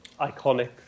Iconic